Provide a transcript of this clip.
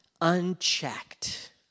unchecked